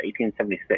1876